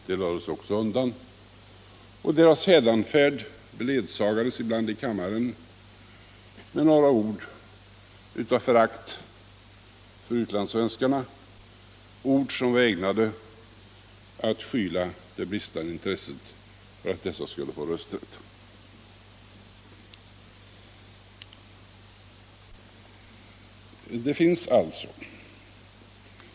De lades också undan. Deras hädanfärd beledsagades ibland i riksdagen med några ord av förakt för utlandssvenskarna, ord som var ägnade att skyla det bristande intresset för att dessa skulle få rösträtt.